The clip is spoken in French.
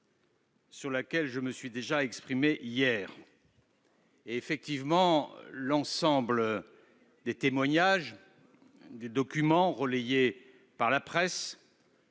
sur laquelle je me suis déjà exprimé hier. Effectivement, l'ensemble des témoignages et des documents relayés par la presse